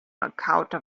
encounter